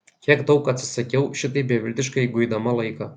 kiek daug atsisakiau šitaip beviltiškai guidama laiką